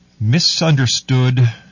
misunderstood